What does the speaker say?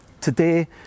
Today